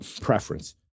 preference